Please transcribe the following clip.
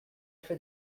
for